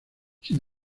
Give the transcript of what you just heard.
sin